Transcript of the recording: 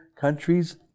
countries